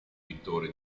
vittore